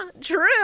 true